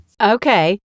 Okay